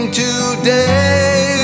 today